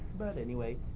but anyway.